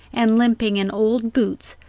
and limping in old boots,